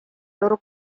loro